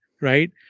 right